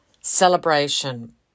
Celebration